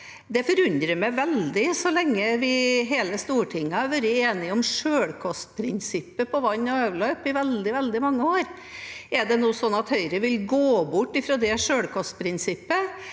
Det forundrer meg veldig så lenge hele Stortinget har vært enige om selvkostprinsippet på vann og avløp i veldig mange år. Er det nå sånn at Høyre vil gå bort fra selvkostprinsippet,